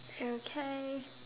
okay